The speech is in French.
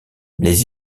les